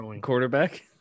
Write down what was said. quarterback